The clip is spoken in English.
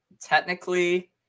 technically